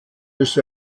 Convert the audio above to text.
ist